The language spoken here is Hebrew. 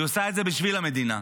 והיא עושה את זה בשביל המדינה.